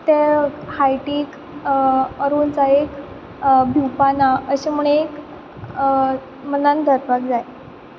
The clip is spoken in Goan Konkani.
ते हायटीक ऑर उंचायेक भिवपा ना अशें म्हूण एक मनान धरपाक जाय